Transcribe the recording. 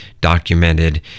documented